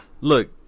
Look